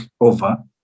over